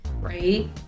right